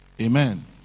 Amen